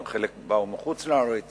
חלק באו מחוץ-לארץ